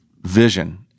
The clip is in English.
vision